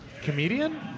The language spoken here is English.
comedian